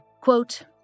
quote